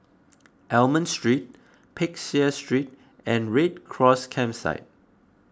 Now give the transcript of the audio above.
Almond Street Peck Seah Street and Red Cross Campsite